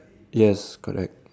yes correct